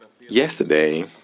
Yesterday